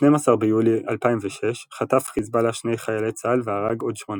ב-12 ביולי 2006 חטף חזבאללה שני חיילי צה"ל והרג עוד שמונה.